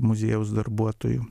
muziejaus darbuotoju